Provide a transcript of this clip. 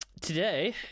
Today